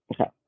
Okay